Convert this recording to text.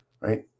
right